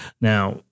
Now